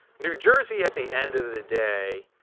new jersey, at the end of the the day,